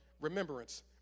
remembrance